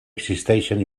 existeixen